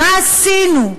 מה עשינו?